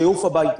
שיעוף הביתה.